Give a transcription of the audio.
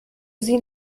sie